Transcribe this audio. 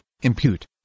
impute